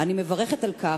אני מברכת על כך,